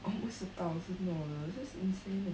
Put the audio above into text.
almost a thousand dollars that's insane leh